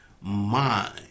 mind